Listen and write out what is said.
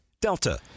Delta